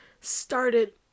started